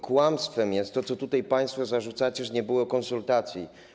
Kłamstwem jest to, co tutaj państwo zarzucacie, że nie było konsultacji.